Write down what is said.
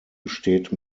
besteht